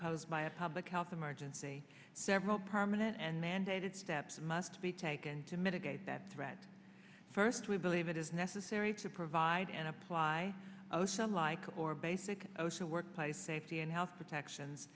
posed by a public health emergency several permanent and mandated steps must be taken to mitigate that threat first we believe it is necessary to provide and apply osha like or basic osha workplace safety and health protections